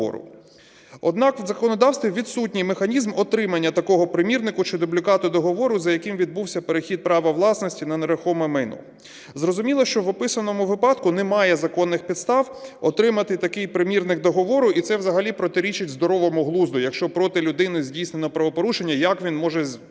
Однак в законодавстві відсутній механізм отримання такого примірника чи дубліката договору, за яким відбувся перехід права власності на нерухоме майно. Зрозуміло, що в описаному випадку немає законних підстав отримати такий примірник договору. І це взагалі протирічить здоровому глузду: якщо проти людини здійснено правопорушення, як він може знайти